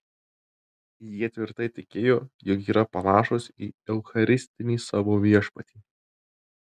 jie tvirtai tikėjo jog yra panašūs į eucharistinį savo viešpatį